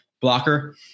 blocker